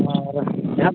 ᱟᱨ